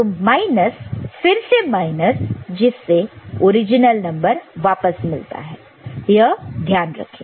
तो माइनस फिर से माइनस जिससे ओरिजिनल नंबर वापस मिलता है यह ध्यान रखें